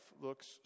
looks